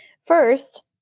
First